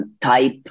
type